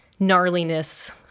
gnarliness